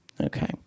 Okay